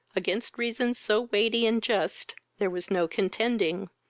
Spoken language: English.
against reasons so weighty and just there was no contending,